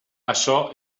açò